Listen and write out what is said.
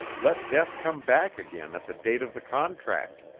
let death come back again at the date of the contract!